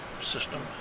system